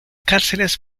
cárceles